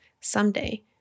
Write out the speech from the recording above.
someday